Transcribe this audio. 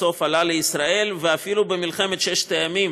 בסוף עלה לישראל, ואפילו במלחמת ששת הימים